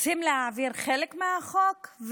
רוצים להעביר חלק מהחוק,